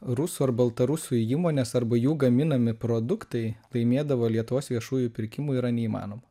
rusų ar baltarusų įmonės arba jų gaminami produktai laimėdavo lietuvos viešųjų pirkimų yra neįmanoma